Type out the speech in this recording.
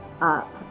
up